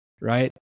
right